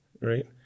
right